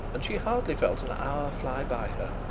and she hardly felt and hour fly by her.